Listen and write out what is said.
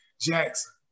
Jackson